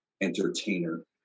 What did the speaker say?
entertainer